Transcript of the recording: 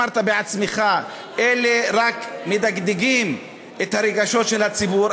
ואתה אמרת בעצמך: אלה רק מדגדגים את הרגשות של הציבור,